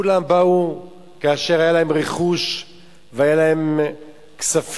כולם כאשר באו היה להם רכוש והיו להם כספים,